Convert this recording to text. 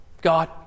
God